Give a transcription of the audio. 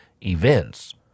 events